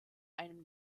einem